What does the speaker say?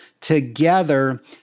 together